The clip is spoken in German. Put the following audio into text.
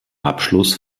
abschluss